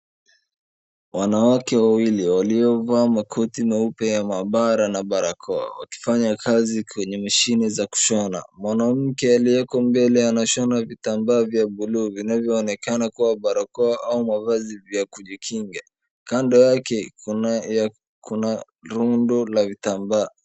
Wanawake wawili waliovaa makoti meupe ya maabara na barakoa wakifanya kazi kwenye mashine za kushona. Mwanamke alioko mbele anashona vitambaa vya buluu vinavyoonekana kuwa barakoa au mavazi ya kujikinga. Kando yako kuna tundu la vitambaa.